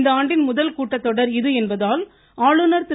இந்த ஆண்டின் முதல் கூட்டத்தொடர் இது என்பதால் ஆளுநர் திரு